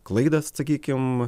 klaidą sakykim